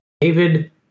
david